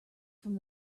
from